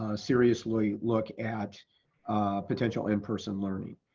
ah seriously look at potential in-person learning.